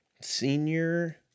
Senior